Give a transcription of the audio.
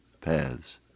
paths